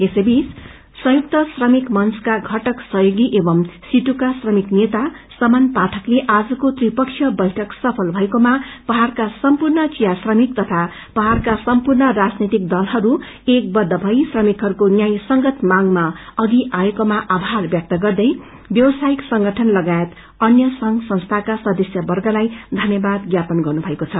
यसैबीच सुंयक्त श्रमिक मंचका घटक सहयोगी एवं सिटु श्रमिक नेता समन पाएण्ठकले आजको त्रिपक्षीय बैठक सफल भकऐामा पाहाड़का सम्पूर्ण चिया श्रमिक तथा पहाड़का सम्पूर्ण राजनैतिक दलहरू एक बद्द भई श्रकिहरूको न्याय संगत मांगमा अघि आएकोमा आभार व्यक्त गर्दै व्यवसायिक संगठन लगायत अन्य संघ संस्थाका सदस्य वर्गलाई धन्यवाद ज्ञापन गर्नुभएको छ